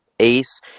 ace